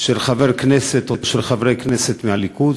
של חבר כנסת או של חברי כנסת מהליכוד,